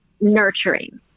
nurturing